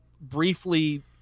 briefly